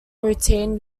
routine